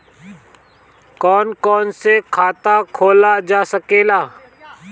कौन कौन से खाता खोला जा सके ला?